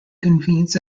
convenes